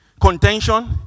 contention